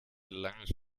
lange